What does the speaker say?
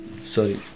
Sorry